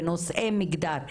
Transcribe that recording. בנושאי מגדר,